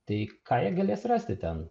tai ką jie galės rasti ten